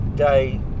day